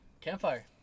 Campfire